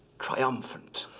triumphant.